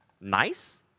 nice